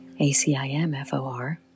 ACIMFOR